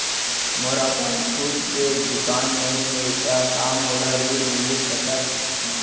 मोर अपन खुद के दुकान नई हे त का मोला ऋण मिलिस सकत?